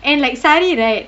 and like saree right